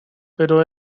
pero